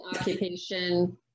occupation